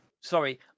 Sorry